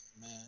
man